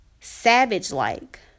savage-like